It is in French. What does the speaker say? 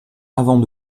avant